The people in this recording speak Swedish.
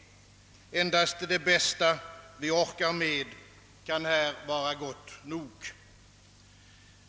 Endast det bästa vi orkar med kan här vara gott nog.